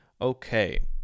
Okay